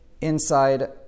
inside